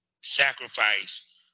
sacrifice